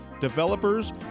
developers